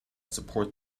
support